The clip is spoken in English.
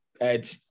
Ed